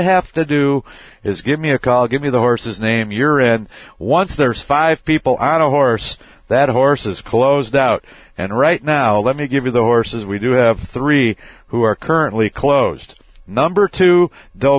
have to do is give me a call give me the horses name your id once there's five people on a horse that horse is closed out and right now let me give you the horses we do have three who are currently closed number two the